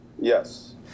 Yes